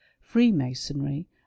freemasonry